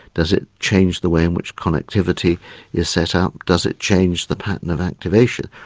does it change the way in which connectivity is set up? does it change the pattern of activation,